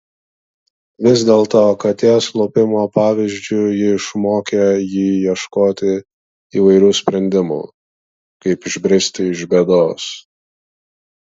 vis dėlto katės lupimo pavyzdžiu ji išmokė jį ieškoti įvairių sprendimų kaip išbristi iš bėdos